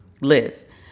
live